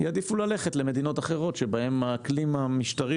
יעדיפו ללכת למדינות אחרות שבהן האקלים המשטרי